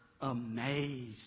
amazed